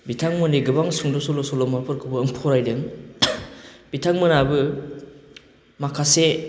बिथांमोननि गोबां सुंद' सल' सल'माफोरखौबो आं फरायदों बिथांमोनाबो माखासे